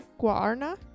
guarna